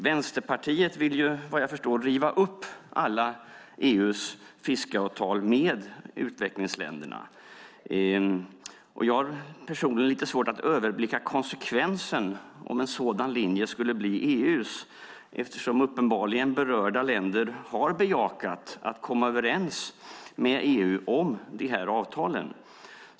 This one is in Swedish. Vänsterpartiet vill, vad jag förstår, riva upp alla EU:s fiskeavtal med utvecklingsländerna. Jag har personligen lite svårt att överblicka konsekvensen om en sådan linje skulle bli EU:s eftersom berörda länder uppenbarligen har bejakat att komma överens med EU om dessa avtal.